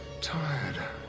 Tired